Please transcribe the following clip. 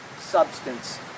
substance